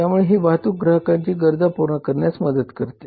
त्यामुळे ही वाहतूक ग्राहकांच्या गरजा पूर्ण करण्यास मदत करते